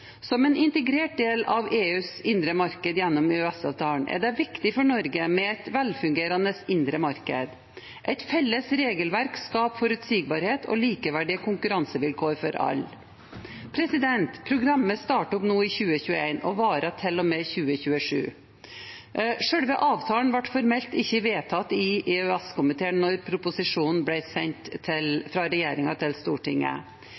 Som en integrert del av EUs indre marked gjennom EØS-avtalen er det viktig for Norge med et velfungerende indre marked. Et felles regelverk skaper forutsigbarhet og likeverdige konkurransevilkår for alle. Programmet starter opp nå i 2021 og varer til og med 2027. Selve avtalen var formelt ikke vedtatt i EØS-komiteen da proposisjonen ble sendt fra regjeringen til Stortinget.